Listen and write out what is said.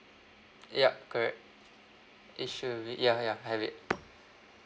yup correct issue ya ya I have it